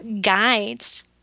guides